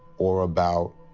or about.